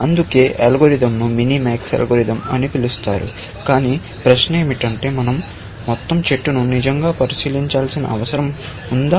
అందుకే అల్గోరిథం ను minimax algorithm అని పిలుస్తారు కానీ ప్రశ్న ఏమిటంటే మనం మొత్తం ట్రీను నిజంగా పరిశీలించాల్సిన అవసరం ఉందా